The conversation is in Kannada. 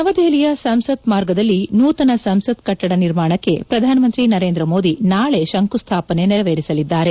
ನವದೆಹಲಿಯ ಸಂಸದ್ ಮಾರ್ಗದಲ್ಲಿ ನೂತನ ಸಂಸತ್ ಕೆಟ್ಟಡ ನಿರ್ಮಾಣಕ್ಕೆ ಪ್ರಧಾನಮಂತ್ರಿ ನರೇಂದ ಮೋದಿ ನಾಳೆ ಶಂಕುಸ್ಲಾಪನೆ ನೆರೆವೇರಿಸಲಿದ್ದಾರೆ